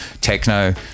techno